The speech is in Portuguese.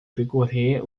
percorrer